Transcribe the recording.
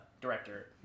director